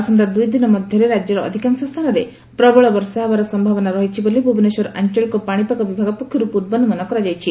ଆସନ୍ତା ଦୁଇଦିନ ରାକ୍ୟର ଅଧିକାଂଶ ସ୍ଚାନରେ ପ୍ରବଳ ବର୍ଷା ହେବାର ସମ୍ଭାବନା ରହିଛି ବୋଲି ଭୁବନେଶ୍ୱର ଆଞ୍ଚଳିକ ପାଣିପାଗ ବିଭାଗ ପକ୍ଷରୁ ପୂର୍ବାନୁମାନ କରାଯାଇଛି